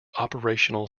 operational